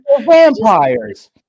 vampires